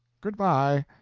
good-by.